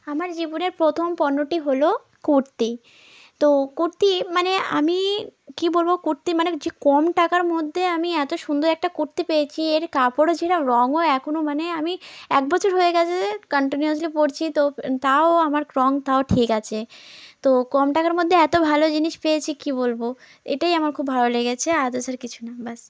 আমার জীবনের প্রথম পণ্যটি হলো কুর্তি তো কুর্তি মানে আমি কী বলব কুর্তি মানে যে কম টাকার মধ্যে আমি এত সুন্দর একটা কুর্তি পেয়েছি এর কাপড়ও যেরকম রঙও এখনও মানে আমি এক বছর হয়ে গেছে কন্টিনিউয়াসলি পরছি তো তাও আমার রঙ তাও ঠিক আছে তো কম টাকার মধ্যে এত ভালো জিনিস পেয়েছি কী বলব এটাই আমার খুব ভালো লেগেছে আদারস আর কিছু না ব্যস